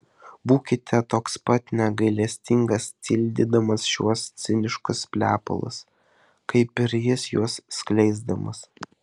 būkite toks pat negailestingas tildydamas šiuos ciniškus plepalus kaip ir jis juos skleisdamas